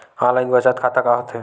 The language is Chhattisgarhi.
ऑनलाइन बचत खाता का होथे?